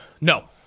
No